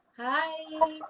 hi